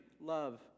love